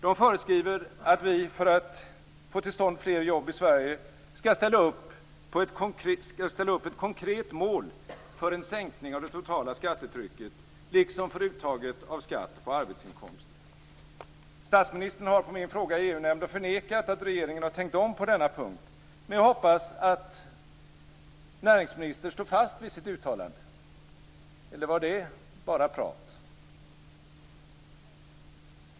De föreskriver att vi för att få till stånd fler jobb i Sverige skall ställa upp ett konkret mål för en sänkning av det totala skattetrycket liksom för uttaget av skatt på arbetsinkomster. Statsministern har på min fråga i EU-nämnden förnekat att regeringen har tänkt om på denna punkt. Men jag hoppas att näringsministern står fast vid sitt uttalande. Eller var det bara prat?